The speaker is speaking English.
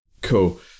Cool